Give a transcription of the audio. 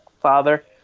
father